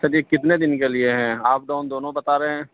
سر یہ کتنے دن کے لیے ہے آپ ڈاؤن دونوں بتا رہے ہیں